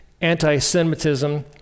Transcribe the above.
anti-Semitism